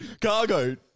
Cargo